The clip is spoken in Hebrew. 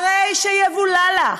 הרי שיבולע לך.